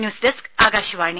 news desk Akashvani